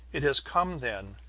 it has come then,